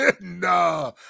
Nah